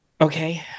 Okay